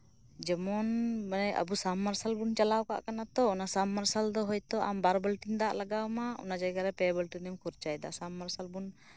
ᱡᱮᱢᱚᱱ ᱢᱟᱱᱮ ᱟᱵᱚ ᱥᱟᱵᱢᱟᱨᱥᱟᱞ ᱵᱚᱱ ᱪᱟᱞᱟᱣ ᱠᱟᱜ ᱠᱟᱱᱟ ᱛᱚ ᱚᱱᱟ ᱥᱟᱵᱢᱟᱨᱥᱟᱞ ᱫᱚ ᱵᱟᱨ ᱵᱟᱹᱞᱛᱤ ᱫᱟᱜ ᱵᱚᱱ ᱦᱟᱛᱟᱣᱟ ᱯᱮ ᱵᱟᱹᱞᱛᱤ ᱵᱚᱱᱠᱷᱚᱨᱪᱟᱭᱮᱫᱟ ᱥᱟᱵᱢᱟᱨᱥᱟᱞ